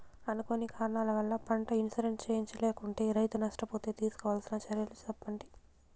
అనుకోని కారణాల వల్ల, పంట ఇన్సూరెన్సు చేయించలేకుంటే, రైతు నష్ట పోతే తీసుకోవాల్సిన చర్యలు సెప్పండి?